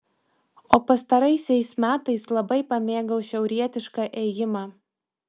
o pastaraisiais metais labai pamėgau šiaurietišką ėjimą